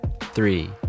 three